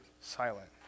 silent